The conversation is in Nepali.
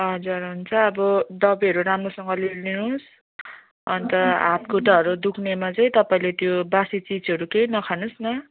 हजुर हुन्छ अब दबाईहरू राम्रोसगँले लिनुहोस् अन्त हातखुट्टाहरू दुख्नेमा चाहिँ तपाईँले त्यो बासी चिजहरू केही नखानुहोस् न